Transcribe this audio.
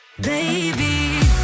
baby